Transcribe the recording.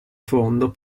fondo